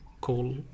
call